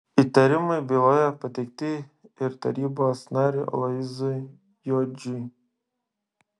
įtarimai byloje pateikti ir tarybos nariui aloyzui juodžiui